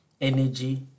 energy